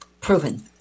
proven